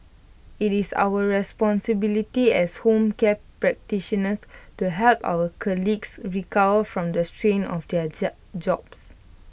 IT is our responsibility as home care practitioners to help our colleagues recover from the strain of their jobs